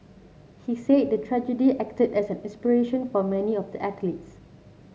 he said the tragedy acted as an inspiration for many of the athletes